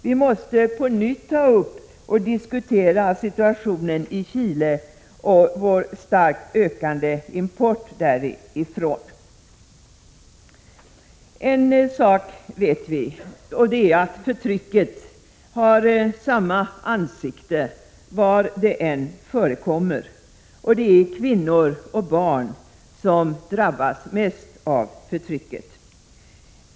Vi måste på nytt ta upp och diskutera situationen i Chile och vår starkt ökande import därifrån. En sak vet vi, och det är att förtrycket har samma ansikte var det än förekommer, och det är kvinnor och barn som drabbas mest av förtrycket.